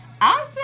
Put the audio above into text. Awesome